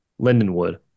Lindenwood